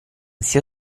sia